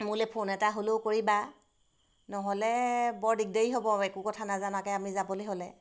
মোলৈ ফোন এটা হ'লেও কৰিবা নহ'লে বৰ দিগদাৰী হ'ব একো কথা নজনাকৈ আমি যাবলৈ হ'লে